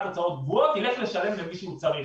הוצאות קבועות יילך לשלם למי שהוא צריך.